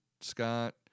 Scott